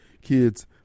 kids